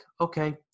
okay